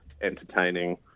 entertaining